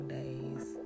days